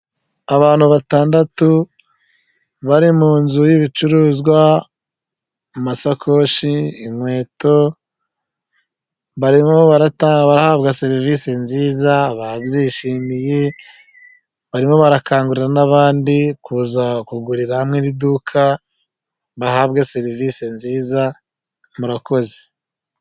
Abantu batandatu bari mu nzu y'ibicuruzwa, amasakoshi, inkweto, barimo barahabwa serivisi nziza babyishimiye, barimo barakangurira n'abandi kuza kugurira hamwe iduka bahabwe serivisi nziza murakoze.